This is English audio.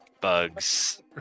bugs